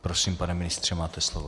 Prosím, pane ministře, máte slovo.